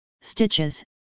stitches